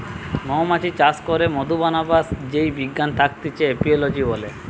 মৌমাছি চাষ করে মধু বানাবার যেই বিজ্ঞান থাকতিছে এপিওলোজি বলে